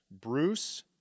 Bruce